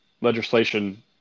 legislation